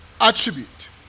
attribute